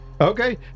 Okay